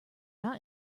not